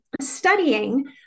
studying